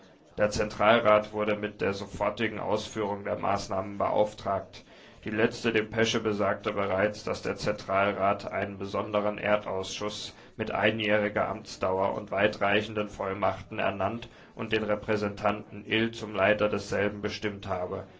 der zentralrat wurde mit der sofortigen ausführung der maßnahmen beauftragt die letzte depesche besagte bereits daß der zentralrat einen besonderen erdausschuß mit einjähriger amtsdauer und weitreichenden vollmachten ernannt und den repräsentanten ill zum leiter desselben bestimmt habe